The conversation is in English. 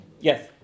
Yes